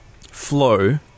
Flow